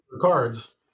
cards